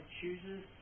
chooses